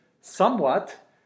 somewhat